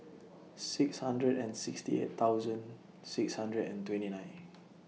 six hundred and sixty eight thousand six hundred and twenty nine